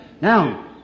Now